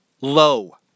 Low